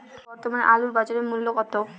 বর্তমানে আলুর বাজার মূল্য কত?